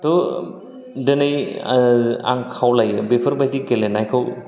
दिनै आं खावलायो बेफोरबायदि गेलेनायखौ